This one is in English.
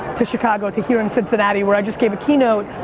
to chicago, to here in cincinnati where i just gave a key note.